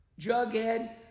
Jughead